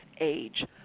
age